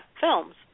films